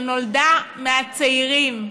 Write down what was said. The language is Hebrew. שנולדה מהצעירים.